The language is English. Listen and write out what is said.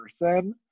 person